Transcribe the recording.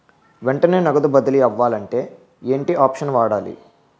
వెంటనే నగదు బదిలీ అవ్వాలంటే ఏంటి ఆప్షన్ వాడాలి?